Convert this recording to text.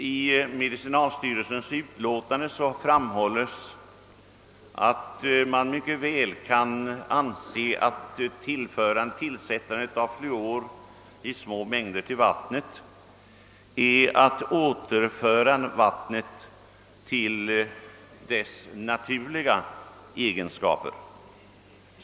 I socialstyrelsens utlåtande framhålles att tillsättandet av små mängder fluor i vattnet kan anses vara ett sätt att återge vattnet dess naturliga egenskaper.